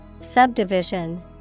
Subdivision